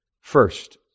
First